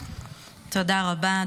תודה רבה.